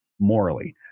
morally